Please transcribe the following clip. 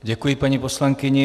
Děkuji, paní poslankyni.